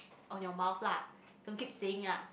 on your mouth lah don't keep saying ah